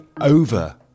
over-